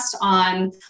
on